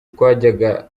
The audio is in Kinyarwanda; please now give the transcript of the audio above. twajyaga